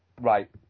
right